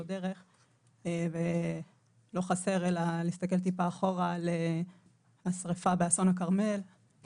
דרך ולא חסר אלא להסתכל טיפה אחורה על השריפה באסון הכרמל,